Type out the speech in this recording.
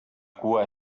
cua